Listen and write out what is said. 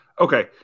Okay